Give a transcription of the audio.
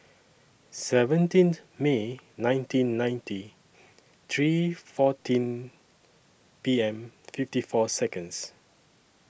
seventeen May nineteen ninety three fourteen P M fifty four Seconds